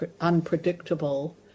unpredictable